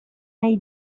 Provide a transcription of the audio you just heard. nahi